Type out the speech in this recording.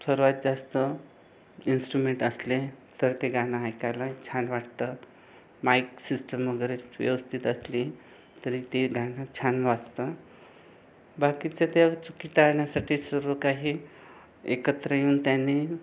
सर्वात जास्त इन्स्ट्रूमेंट असले तर ते गाणं ऐकायला छान वाटतं माईक सिस्टम वगैरे स व्यवस्थित असली तरी ते गाणं छान वाजतं बाकीच्या त्या चुकी टाळण्यासाठी सर्व काही एकत्र येऊन त्यांनी